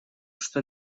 что